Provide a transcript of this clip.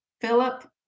Philip